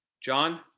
John